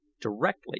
directly